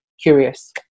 Curious